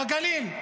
כמה פעמים בגליל?